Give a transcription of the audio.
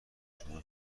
شما